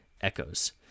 echoes